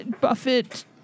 Buffett